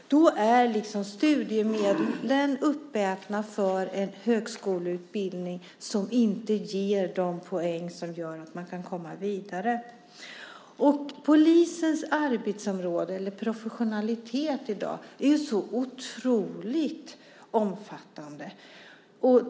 Då är studiemedlen uppätna av en högskoleutbildning som inte ger de poäng som gör att de kan komma vidare. Polisens professionalitet är i dag så otroligt omfattande.